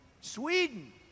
Sweden